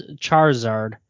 Charizard